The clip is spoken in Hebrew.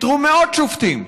פיטרו מאות שופטים.